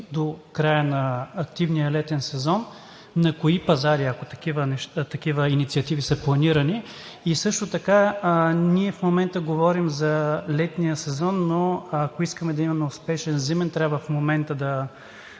до края на активния летен сезон, на кои пазари, ако такива инициативи са планирани? Също така ние говорим за летния сезон, но ако искаме да имаме успешен зимен, трябва в момента да